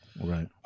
right